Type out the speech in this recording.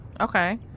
okay